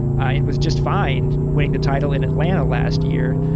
i and was just find winning the title in atlanta last year.